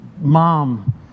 mom